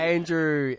Andrew